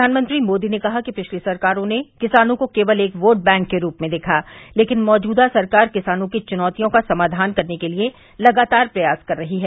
प्रधानमंत्री मोदी ने कहा कि पिछली सरकारों ने किसानों को केवल एक वोट बैंक के रूप में देखा लेकिन मौजूदा सरकार किसानों की चुनौतियों का समाधान करने के लिए लगातार प्रयास कर रही है